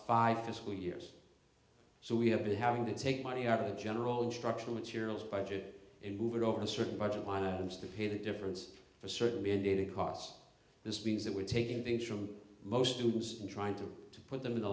five years so we have been having to take money out of the general structural materials but it and move it over a certain budget line items to pay the difference for certain mandated costs this means that we're taking things from most students and trying to put them in the